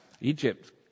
Egypt